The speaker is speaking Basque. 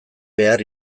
behar